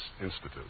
institute